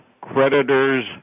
Creditors